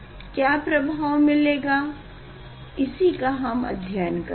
क्या प्रभाव मिलेगा इसी का हम अध्ययन करेंगे